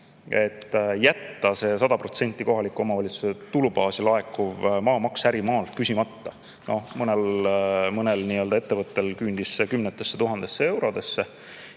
ja jätta see 100% ulatuses kohaliku omavalitsuse tulubaasi laekuv maamaks ärimaalt küsimata. Mõnel ettevõttel küündis see kümnetesse tuhandetesse eurodesse.